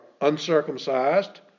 uncircumcised